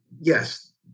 yes